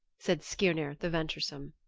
said skirnir the venturesome.